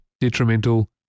detrimental